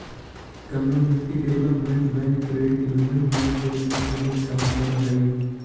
community development bank credit union bank के रूप में भी काम करऽ हइ